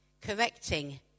correcting